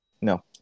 No